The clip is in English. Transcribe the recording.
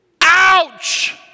Ouch